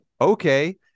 okay